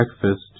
breakfast